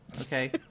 okay